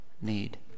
need